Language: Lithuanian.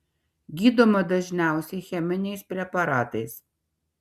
gydoma dažniausiai cheminiais preparatais